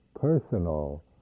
personal